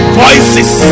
voices